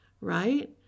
right